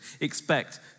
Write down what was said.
Expect